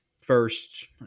first